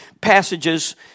passages